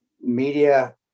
media